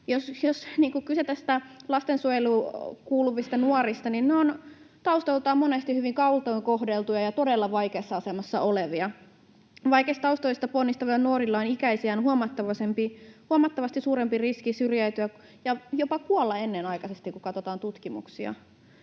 Lastensuojeluun kuuluvat nuoret ovat taustoiltaan monesti hyvin kaltoin kohdeltuja ja todella vaikeassa asemassa olevia. Vaikeista taustoista ponnistavilla nuorilla on ikäisiään huomattavasti suurempi riski syrjäytyä ja jopa kuolla ennenaikaisesti, kun katsotaan tutkimuksia.